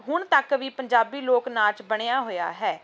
ਹੁਣ ਤੱਕ ਵੀ ਪੰਜਾਬੀ ਲੋਕ ਨਾਚ ਬਣਿਆ ਹੋਇਆ ਹੈ